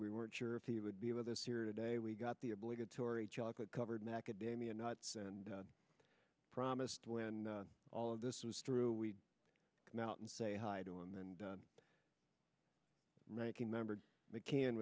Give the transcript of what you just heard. we weren't sure if he would be with us here today we got the obligatory chocolate covered macadamia nuts and promised when all of this was through we come out and say hi to him and ranking member mccann